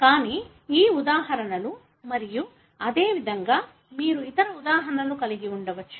కానీ ఈ ఉదాహరణలు మరియు అదేవిధంగా మీరు ఇతర ఉదాహరణలు కలిగి ఉండవచ్చు